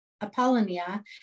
Apollonia